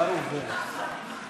גמלאות ופיצויים,